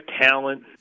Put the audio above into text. talent